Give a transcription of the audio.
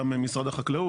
גם משרד החקלאות.